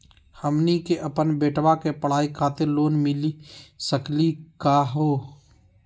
हमनी के अपन बेटवा के पढाई खातीर लोन मिली सकली का हो?